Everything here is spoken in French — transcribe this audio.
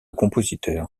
compositeur